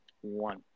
one